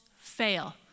fail